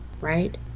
right